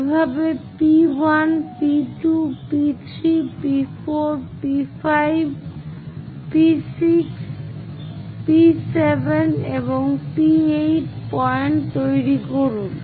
এভাবে P1 P2 P3 P4 P5 P6 P7 এবং P8 point তৈরি করুন